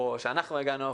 שאנחנו הגענו עבורו.